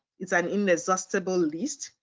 it's an inexhaustible list,